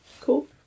Cool